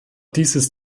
dieses